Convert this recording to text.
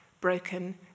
broken